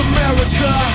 America